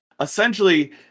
essentially